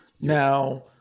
Now